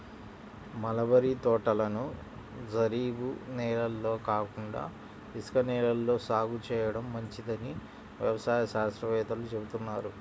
mulberry తోటలను జరీబు నేలల్లో కాకుండా ఇసుక నేలల్లో సాగు చేయడం మంచిదని వ్యవసాయ శాస్త్రవేత్తలు చెబుతున్నారు